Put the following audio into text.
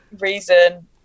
reason